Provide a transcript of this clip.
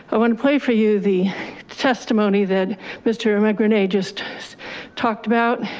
i want to play for you. the testimony that mr. my grenade just talked about